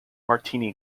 martini